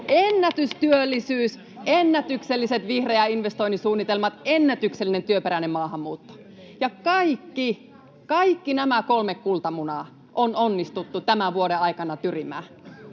ennätystyöllisyys, ennätykselliset vihreän investoinnin suunnitelmat, ennätyksellinen työperäinen maahanmuutto. Ja kaikki, kaikki nämä kolme kultamunaa, on onnistuttu tämän vuoden aikana tyrimään.